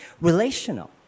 Relational